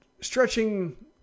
stretching